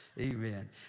amen